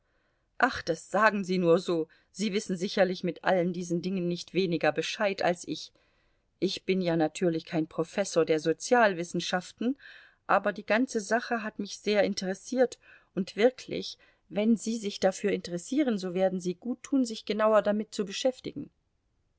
ach das sagen sie nur so sie wissen sicherlich mit allen diesen dingen nicht weniger bescheid als ich ich bin ja natürlich kein professor der sozialwissenschaften aber die ganze sache hat mich sehr interessiert und wirklich wenn sie sich dafür interessieren so werden sie guttun sich genauer damit zu beschäftigen